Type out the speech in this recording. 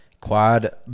quad